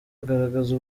agaragaza